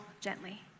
gently